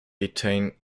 between